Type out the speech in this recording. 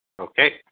Okay